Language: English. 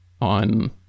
on